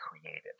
created